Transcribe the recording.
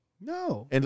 No